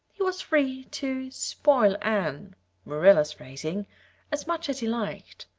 he was free to, spoil anne marilla's phrasing as much as he liked.